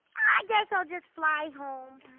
i guess i'll just fly home.